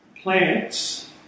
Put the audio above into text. Plants